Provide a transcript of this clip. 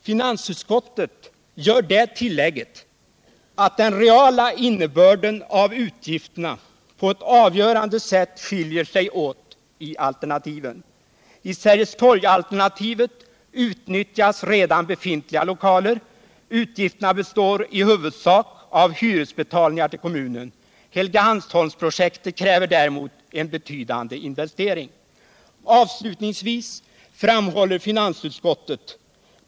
Finansutskottet gör det tillägget att den reala innebörden av utgifterna på ett avgörande sätt skiljer sig åt i alternativen. I Sergelstorgsalternativet utnyttjas redan befintliga lokaler. Utgifterna består i huvudsak av hyresbetalningar till kommunen. Helgeandsholmsprojektet kräver däremot en betydande investering. Avslutningsvis framhåller finansutskottet.